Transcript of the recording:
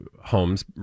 homes